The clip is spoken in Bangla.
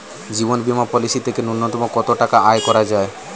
জীবন বীমা পলিসি থেকে ন্যূনতম কত টাকা আয় করা যায়?